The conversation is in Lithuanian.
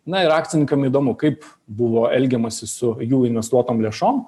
na ir akcininkam įdomu kaip buvo elgiamasi su jų investuotom lėšom